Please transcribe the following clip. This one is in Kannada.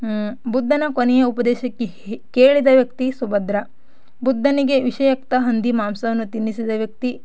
ಬುದ್ಧನ ಕೊನೆಯ ಉಪದೇಶಕ್ಕೆ ಹಿ ಕೇಳಿದ ವ್ಯಕ್ತಿ ಸುಭದ್ರ ಬುದ್ಧನಿಗೆ ವಿಷಯುಕ್ತ ಹಂದಿ ಮಾಂಸವನ್ನು ತಿನ್ನಿಸಿದ ವ್ಯಕ್ತಿ